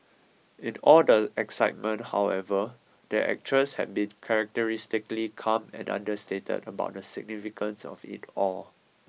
in all the excitement however the actress has been characteristically calm and understated about the significance of it all